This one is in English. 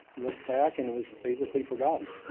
looked back and it was basically forgotten.